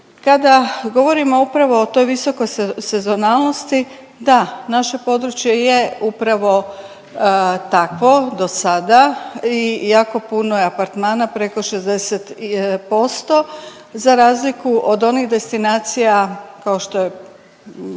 Kada govorimo upravo o toj visokoj sezonalnosti, da naše područje je upravo takvo do sada i jako puno je apartmana preko 60% za razliku od onih destinacija kao što je